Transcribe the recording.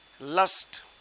Lust